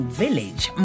village